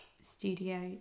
Studio